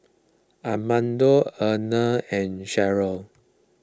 Armando Abner and Cheryll